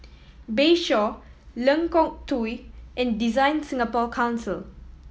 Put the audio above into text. Bayshore Lengkong Tujuh and DesignSingapore Council